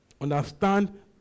Understand